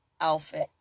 outfit